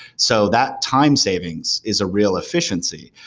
so that time savings is a real efficiency.